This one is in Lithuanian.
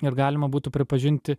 ir galima būtų pripažinti